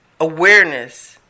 awareness